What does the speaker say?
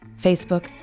Facebook